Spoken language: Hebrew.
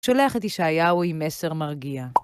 שולח את ישעיהו עם מסר מרגיע.